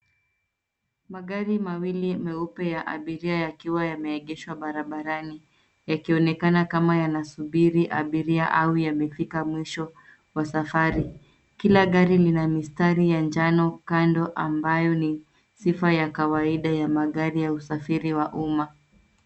Magari mawili meupe ya abiria yakiwa yameegeshwa barabarani yakionekana kama yanasubiri abiria au yamefika mwisho wa safari. Kila gari lina mistari ya njano kando ambayo ni sifa ya kawaida ya magari ya usafiri wa umma.